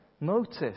notice